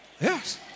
Yes